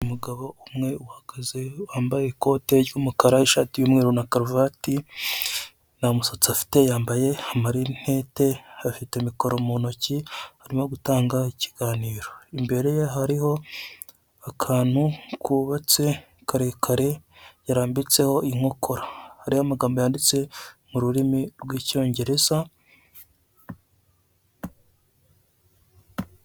Umugabo umwe uhagaze wambaye ikoti ry'umukara ishati y'umweru na karuvati na musatsa afite yambaye amarinete afite mikoro mu ntoki arimo gutanga ikiganiro, imbere ye hariho akantu kubabatse karekare yarambitseho inkokora hari amagambo yanditse mu rurimi rw'icyongereza.